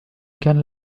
كان